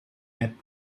met